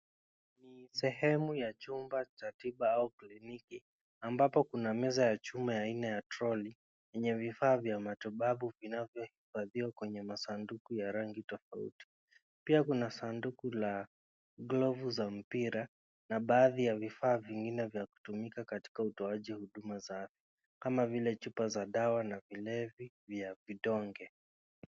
Sehemu ya chumba cha tiba au kliniki ambapo kuna meza ya chuma ya aina ya troli, yenye vifaa vya matibabu vinavyohifadhiwa kwenye masanduku ya rangi tofauti. Pia kuna sanduku la glovu za mpira na baadhi ya vifaa vingine za kutumika katika utoaji huduma za afya, kama vile chupa za dawa na vilevi vya vidonge.